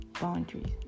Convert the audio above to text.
boundaries